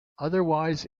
otherwise